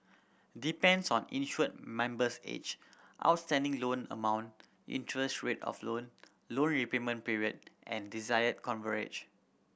depends on insured member's age outstanding loan amount interest rate of loan loan repayment period and desired coverage